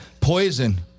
Poison